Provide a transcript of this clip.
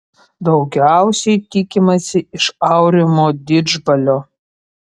daugiausiai tikimasi iš aurimo didžbalio